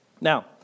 Now